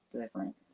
different